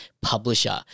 publisher